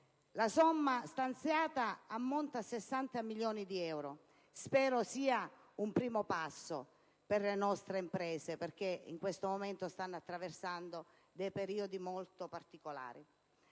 La somma stanziata ammonta a 60 milioni di euro: spero sia un primo passo per le nostre imprese, che stanno attraversando un periodo molto particolare.